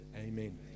Amen